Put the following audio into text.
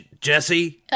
Jesse